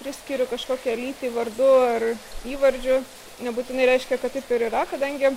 priskiriu kažkokią lytį vardu ar įvardžiu nebūtinai reiškia kad taip ir yra kadangi